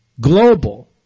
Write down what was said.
global